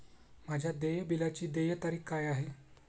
माझ्या देय बिलाची देय तारीख काय आहे?